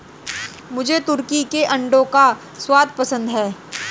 मुझे तुर्की के अंडों का स्वाद पसंद है